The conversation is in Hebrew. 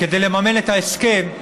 כדי לממן את ההסכם,